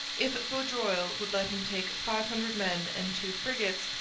if vaudreuil would let him take five hundred men and two frigates,